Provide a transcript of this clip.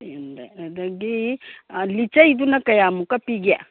ꯑꯗꯒꯤ ꯑꯥ ꯂꯤꯆꯩꯗꯨꯅ ꯀꯌꯥꯃꯨꯛꯀ ꯄꯤꯒꯦ